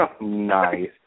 Nice